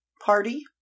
party